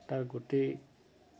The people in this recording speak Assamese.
তাৰ গোটেই